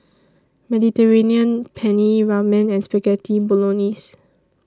Mediterranean Penne Ramen and Spaghetti Bolognese